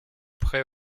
près